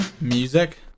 music